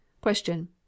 Question